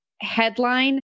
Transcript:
headline